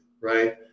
right